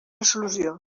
resolució